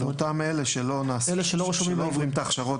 עבור אותם אלה שלא עוברים את ההכשרות